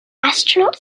astronaut